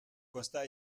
constat